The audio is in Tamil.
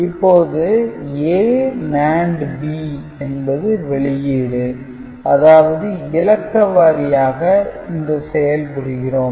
இப்போது A NAND B என்பது வெளியீடு அதாவது இலக்கவாரியாக இந்த செயல் புரிகிறோம்